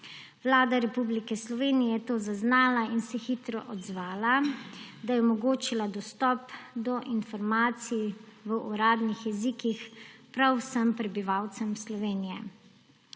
Vlada Republike Slovenije je to zaznala in se hitro odzvala, da je omogočila dostop do informacij v uradnih jezikih prav vsem prebivalcem Slovenije.